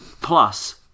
Plus